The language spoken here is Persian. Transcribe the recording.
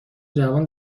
جوان